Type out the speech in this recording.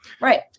right